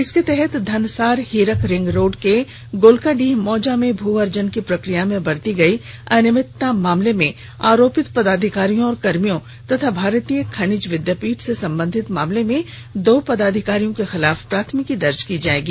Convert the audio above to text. इसके तहत Dhansar Hirak ring road के गोलकाडीह मौजा में भू अर्जन की प्रक्रिया में बरती गई अनियमितता मामले में आरोपित पदाधिकारियों और कर्मियों तथा भारतीय खनिज विद्यापीठ से संबंधित मामले में दो पदाधिकारियों के खिलाफ प्राथमिकी दर्ज की जाएगी